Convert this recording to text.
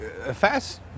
Fast